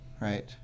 Right